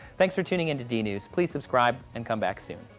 thanks for tuning in to dnews, please subscribe and come back soon.